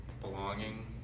Belonging